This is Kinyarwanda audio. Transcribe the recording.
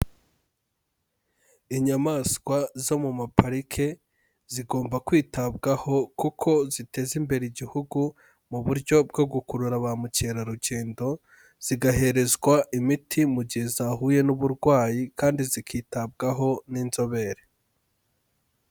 Inyamaswa zo mu mapariki zigomba kwitabwaho kuko ziteza imbere Igihugu ihugu mu buryo bwo gukurura ba mukerarugendo, zigaherezwa imiti mu gihe zahuye n'uburwayi kandi zikitabwaho n'inzobere.